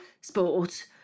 sport